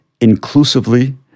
inclusively